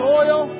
oil